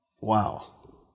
wow